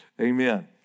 Amen